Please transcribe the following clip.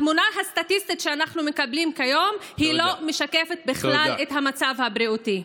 התמונה הסטטיסטית שאנחנו מקבלים כיום לא משקפת בכלל את המצב הבריאותי.